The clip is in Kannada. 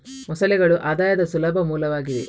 ಮೊಸಳೆಗಳು ಆದಾಯದ ಸುಲಭ ಮೂಲವಾಗಿದೆ